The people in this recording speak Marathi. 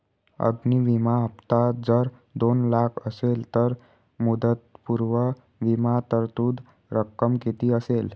अग्नि विमा हफ्ता जर दोन लाख असेल तर मुदतपूर्व विमा तरतूद रक्कम किती असेल?